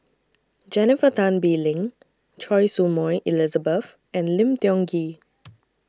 Jennifer Tan Bee Leng Choy Su Moi Elizabeth and Lim Tiong Ghee